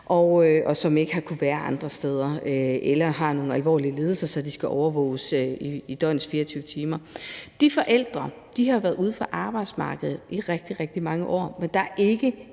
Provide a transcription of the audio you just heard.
som ikke har kunnet være andre steder, eller som har nogle alvorlige lidelser, så de skal overvåges i døgnets 24 timer. De forældre har været uden for arbejdsmarkedet i rigtig, rigtig mange år, men der er ikke